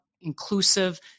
inclusive